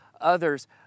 others